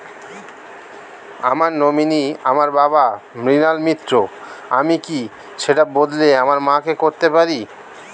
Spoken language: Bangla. আমার নমিনি আমার বাবা, মৃণাল মিত্র, আমি কি সেটা বদলে আমার মা কে করতে পারি?